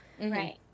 Right